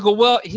well,